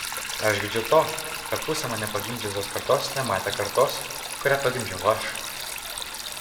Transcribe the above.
aš gedžiu to kad pusė mane pagimdžiusios kartos nematė kartos kurią pagimdžiau aš